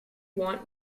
want